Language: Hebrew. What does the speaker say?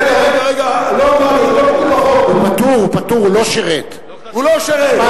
דיברתי על זה, הוא פטור, הוא פטור, הוא לא שירת.